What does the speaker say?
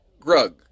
Grug